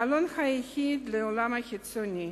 חלון יחיד לעולם החיצוני,